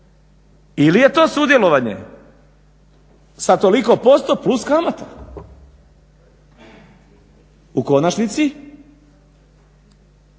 ili je to sudjelovanje sa toliko posto plus kamata? U konačnici